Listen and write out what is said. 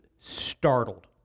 startled